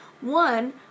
one